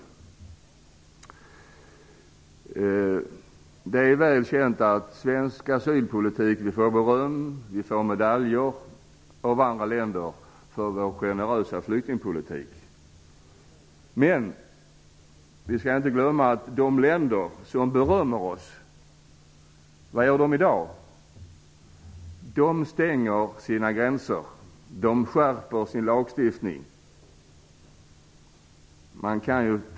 Det är väl känt att vi får beröm och medaljer av andra länder för vår generösa flyktingpolitik. Men vi skall inte glömma att fråga vad de länder som berömmer oss gör i dag. De stänger sina gränser och skärper sin lagstiftning!